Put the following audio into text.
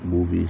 movies